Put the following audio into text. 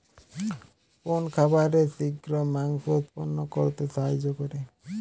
কোন খাবারে শিঘ্র মাংস উৎপন্ন করতে সাহায্য করে?